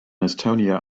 estonia